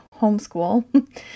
homeschool